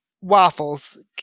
Waffles